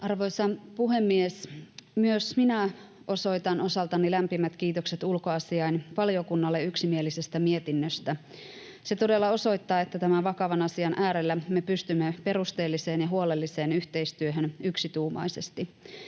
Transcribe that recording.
Arvoisa puhemies! Myös minä osoitan osaltani lämpimät kiitokset ulkoasiainvaliokunnalle yksimielisestä mietinnöstä. Se todella osoittaa, että tämän vakavan asian äärellä me pystymme perusteelliseen ja huolelliseen yhteistyöhön yksituumaisesti.